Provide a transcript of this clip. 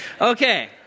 Okay